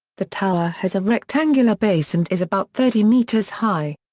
the tower has a rectangular base and is about thirty meters high.